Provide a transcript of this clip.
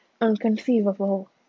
unconceivable